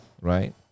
right